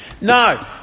No